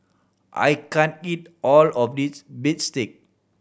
I can't eat all of this bistake